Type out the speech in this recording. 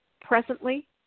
presently